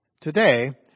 Today